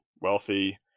wealthy